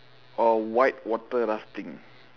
or white water rafting